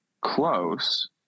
close